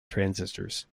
transistors